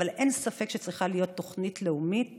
אבל אין ספק שצריכה להיות תוכנית לאומית